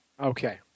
Okay